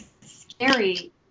scary